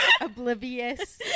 Oblivious